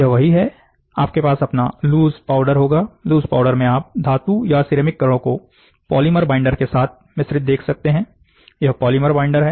यह वही है आपके पास अपना लूज पाउडर होगा लूज पाउडर में आप धातु या सिरेमिक कणों को पॉलीमर बाइंडर्स के साथ मिश्रित देख सकते हैंये पॉलिमर बाइंडर हैं